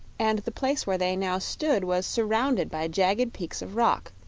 and the place where they now stood was surrounded by jagged peaks of rock,